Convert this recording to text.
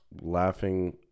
laughing